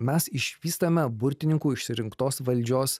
mes išvystame burtininkų išsirinktos valdžios